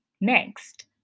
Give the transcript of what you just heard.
next